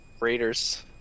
Raiders